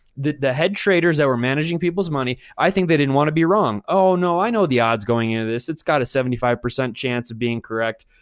the the head traders that were managing people's money, i think they didn't wanna be wrong. oh no, i know the odds going into this. it's got a seventy five percent chance of being correct.